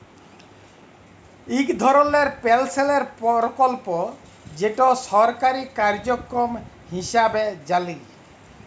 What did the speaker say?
ইক ধরলের পেলশলের পরকল্প যেট সরকারি কার্যক্রম হিঁসাবে জালি